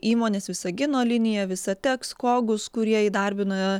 įmonės visagino linija visateks kogus kurie įdarbina